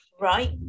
right